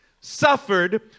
suffered